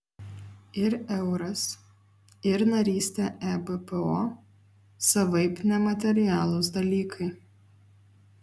ir euras ir narystė ebpo savaip nematerialūs dalykai